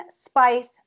spice